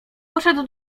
poszedł